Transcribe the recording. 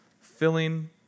Filling